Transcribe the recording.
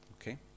Okay